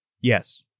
yes